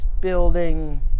building